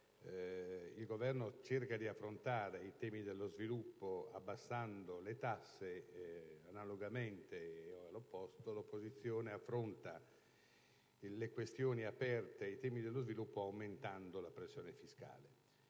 il Governo cerca di affrontare i temi dello sviluppo abbassando le tasse; all'opposto, l'opposizione affronta le questioni aperte dai temi dello sviluppo proponendo l'aumento la pressione fiscale.